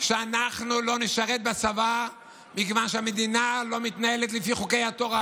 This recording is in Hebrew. שאנחנו לא נשרת בצבא מכיוון שהמדינה לא מתנהלת לפי חוקי התורה.